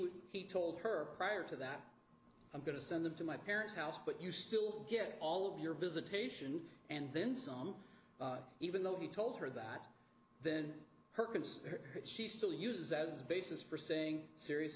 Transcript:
would he told her prior to that i'm going to send them to my parents house but you still get all of your visitation and then some even though he told her that then perkins she still uses that as a basis for saying serious